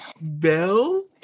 Bell